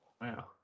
Wow